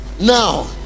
now